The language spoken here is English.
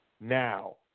now